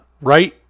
right